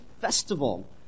festival